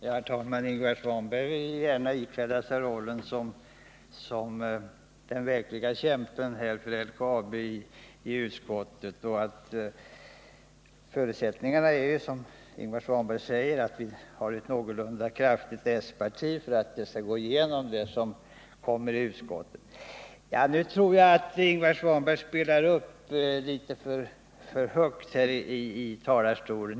Herr talman! Ingvar Svanberg vill gärna ikläda sig rollen som den verklige kämpen för LKAB i utskottet. Förutsättningarna är, som Ingvar Svanberg säger, att man har ett någorlunda kraftigt s-parti för att få igenom förslag i utskottet. Nu tror jag att Ingvar Svanberg spelar upp litet för mycket i talarstolen.